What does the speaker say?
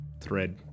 thread